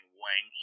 wang